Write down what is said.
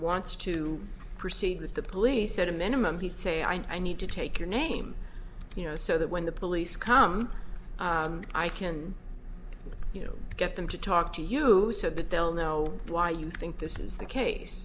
wants to proceed with the police at a minimum he'd say i need to take your name you know so that when the police come i can you know get them to talk to you so that they'll know why you think this is the case